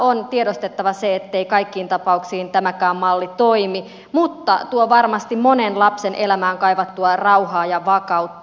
on tiedostettava se ettei kaikkiin tapauksiin tämäkään malli toimi mutta se tuo varmasti monen lapsen elämään kaivattua rauhaa ja vakautta